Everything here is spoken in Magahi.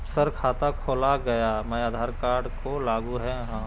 सर खाता खोला गया मैं आधार कार्ड को लागू है हां?